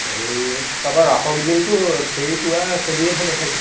হেৰি তাৰপৰা ৰাসৰ কেইদিনতো ফেৰী পুৰা চলিয়েই থাকে চাগে